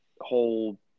whole